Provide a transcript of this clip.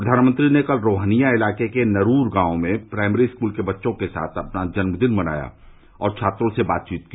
प्रधानमंत्री ने कल रोहनिया इलाके के नरूर गांव में प्राइमरी स्कूल के बच्चों के साथ अपना जन्मदिन मनाया और छात्रों से बातचीत की